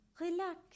Relax